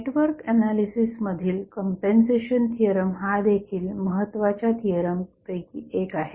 network analysis मधील compensation theorem हा देखील महत्वाच्या थिअरमपैकी एक आहे